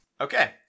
Okay